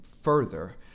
further